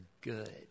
good